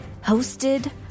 hosted